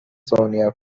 sonia